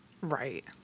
right